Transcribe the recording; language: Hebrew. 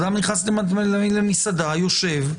אדם נכנס למסעדה, יושב,